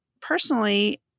personally